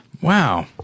Wow